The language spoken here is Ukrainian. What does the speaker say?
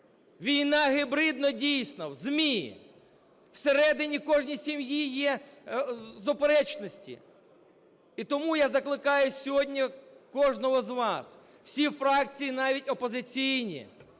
Війна гібридна дійсно в ЗМІ. Всередині кожної сім'ї є суперечності. І тому я закликаю сьогодні кожного з вас, всі фракції, навіть опозиційні